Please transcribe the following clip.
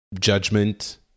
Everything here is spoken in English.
judgment